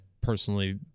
personally